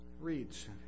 reads